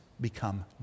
become